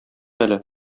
әле